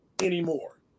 anymore